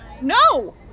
No